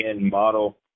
model